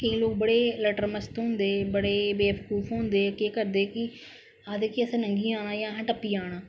लोक बडे लटर मस्त होंदे बडे बेबकूफ होंदे के करदे कि आक्खदे कि आसे लंगी जाना जां असें टप्पी जाना